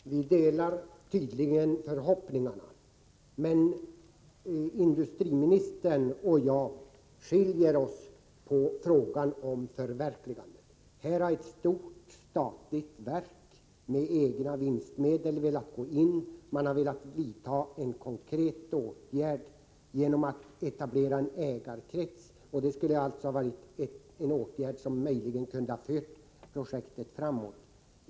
Fru talman! Vi delar tydligen förhoppningarna. Men industriministern och jagskiljer oss åt i fråga om förverkligandet. Här har ett stort statligt verk med egna vinstmedel velat gå in. Man har velat vidta en konkret åtgärd genom att etablera en ägarkrets. Det skulle alltså ha varit en åtgärd som möjligen kunde ha fört projektet framåt.